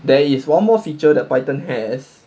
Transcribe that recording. there is one more feature that python has